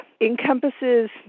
encompasses